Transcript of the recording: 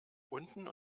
unten